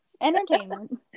Entertainment